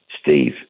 Steve